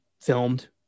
filmed